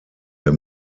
der